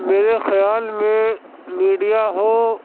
میرے خیال میں میڈیا ہو